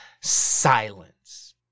Silence